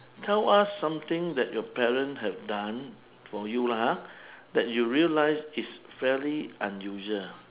tell us something that your parents have done for you lah ha that you realise is fairly unusual